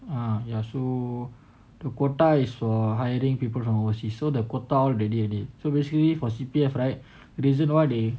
uh ya so the quota is for hiring people from overseas so the quota all daily already so basically for C_P_F right the reason why they